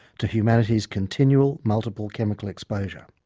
to humanity's continual multiple chemical exposure.